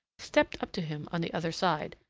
stepped up to him on the other side.